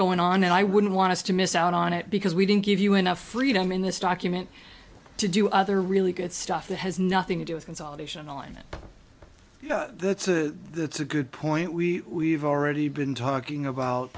going on and i wouldn't want to miss out on it because we didn't give you enough freedom in this document to do other really good stuff that has nothing to do with consolidation alignment you know the that's a good point we we've already been talking about